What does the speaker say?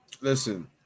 Listen